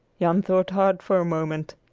jan thought hard for a moment.